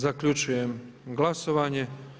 Zaključujem glasovanje.